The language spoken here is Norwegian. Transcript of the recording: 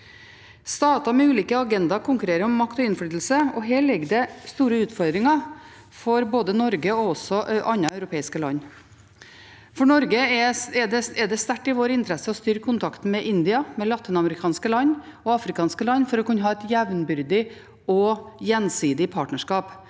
Stater med ulike agendaer konkurrerer om makt og innflytelse, og her ligger det store utfordringer for både Norge og andre europeiske land. For Norge er det sterkt i vår interesse å styrke kontakten med India og med latinamerikanske og afrikanske land for å kunne ha et jevnbyrdig og gjensidig partnerskap,